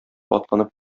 атланып